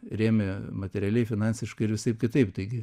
rėmė materialiai finansiškai ir visaip kitaip taigi